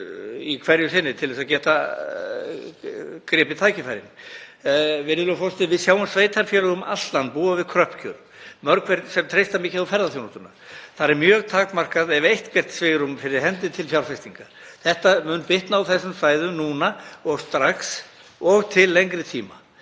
hverju sinni til þess að geta gripið tækifærið. Virðulegur forseti. Sveitarfélög um allt land búa við kröpp kjör mörg hver sem treysta mikið á ferðaþjónustuna. Þar er mjög takmarkað ef eitthvert svigrúm fyrir hendi til fjárfestinga. Þetta mun bitna á þessum svæðum núna strax og til lengri tíma.